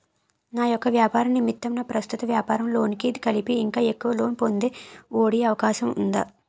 నా యెక్క వ్యాపార నిమిత్తం నా ప్రస్తుత వ్యాపార లోన్ కి కలిపి ఇంకా ఎక్కువ లోన్ పొందే ఒ.డి అవకాశం ఉందా?